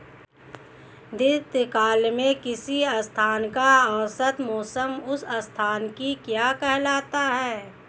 दीर्घकाल में किसी स्थान का औसत मौसम उस स्थान की क्या कहलाता है?